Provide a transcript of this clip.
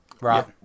Right